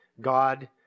God